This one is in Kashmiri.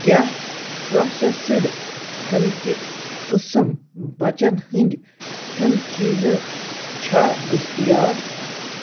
کیٛاہ پرٛوٚسٮ۪سٕڈ کھٮ۪ن کہِ قٕسٕم بَچَن ہٕنٛدۍ کھٮ۪نہٕ چیٖزٕ چھا دٔستِیاب